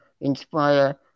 inspire